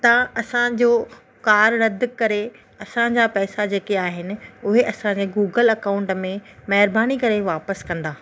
तव्हां असांजो कार रदि करे असांजा पैसा जेके आहिनि उहे असांजे गूगल अकाऊंट में महिरबानी करे वापसि कंदा